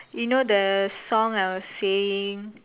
you know the song I was saying